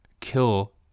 kill